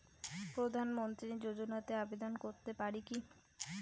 প্রধানমন্ত্রী যোজনাতে আবেদন করতে পারি কি?